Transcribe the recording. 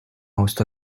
most